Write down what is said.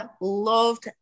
loved